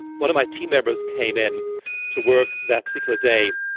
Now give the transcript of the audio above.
one of my team members came in to work that particular day.